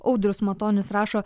audrius matonis rašo